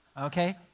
okay